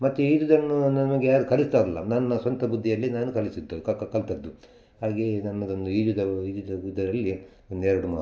ಮತ್ತು ಈಜುವುದನ್ನು ನನಗೆ ಯಾರೂ ಕಲಿತರಲ್ಲ ನನ್ನ ಸ್ವಂತ ಬುದ್ಧಿಯಲ್ಲಿ ನಾನು ಕಲಿಸಿದ್ದು ಕ ಕ ಕಲ್ತಿದ್ದು ಹಾಗೆಯೇ ನನ್ನದೊಂದು ಈಜುವುದರ ಇದರಲ್ಲಿ ಒಂದೆರಡು ಮಾತು